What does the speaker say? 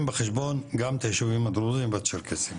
בחשבון גם את היישובים הדרוזים והצ'רקסיים,